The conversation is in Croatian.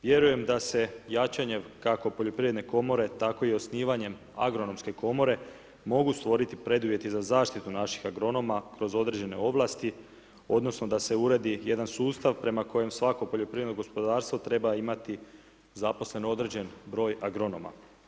Vjerujem da se jačanjem kako poljoprivredne komore, tkao i osnivanjem agronomske komore mogu stvoriti preduvjeti za zaštitu naših agronoma kroz određene ovlasti, odnosno, da se uredi jedan sustav, prema kojem svako poljoprivredno gospodarstvo, treba imati zaposlen određeni br. agronoma.